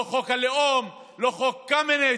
לא חוק הלאום, לא חוק קמיניץ,